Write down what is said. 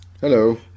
Hello